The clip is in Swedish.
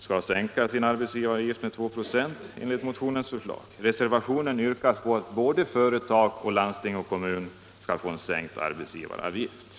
få sänkt arbetsgivaravgift med 2 96 enligt motionens förslag. Reservationen yrkar att både företag, landsting och kommuner skall få sänkt arbetsgivaravgift.